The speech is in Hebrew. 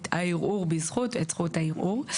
את הערעור בזכות, את זכות הערעור.